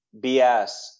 bs